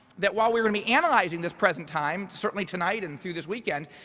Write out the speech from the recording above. that while we are gonna be analyzing this present time, certainly tonight and through this weekend,